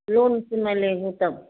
loan से नहीं लेंगे तब